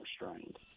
restrained